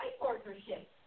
partnership